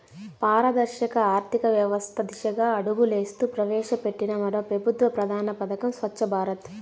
పారదర్శక ఆర్థికవ్యవస్త దిశగా అడుగులేస్తూ ప్రవేశపెట్టిన మరో పెబుత్వ ప్రధాన పదకం స్వచ్ఛ భారత్